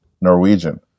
norwegian